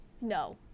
No